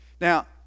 Now